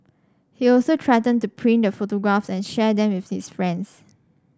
he also threatened to print the photographs and share them with his friends